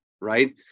right